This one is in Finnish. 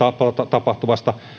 tapahtuvasta